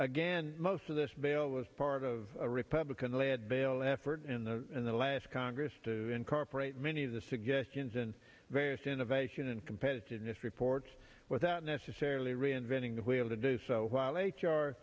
again most of this bill was part of a republican led bill effort in the in the last congress to incorporate many of the suggestions in various innovation and competitiveness report without necessarily reinventing the wheel to do so while h